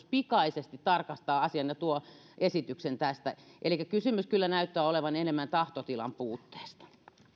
pikaisesti tarkastaa asian ja tuo esityksen tästä elikkä kysymys kyllä näyttää olevan enemmän tahtotilan puutteesta